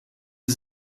sie